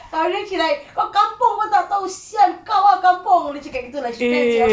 then she like kau kampung pun tak tahu [sial] kau ah kampung dia cakap gitu